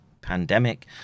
pandemic